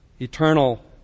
eternal